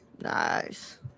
Nice